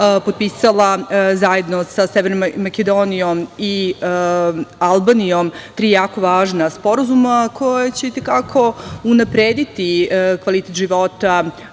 potpisala, zajedno sa Severnom Makedonijom i Albanijom, tri jako važna sporazuma koja će i te kako unaprediti kvalitet života